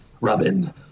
robin